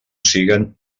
siguen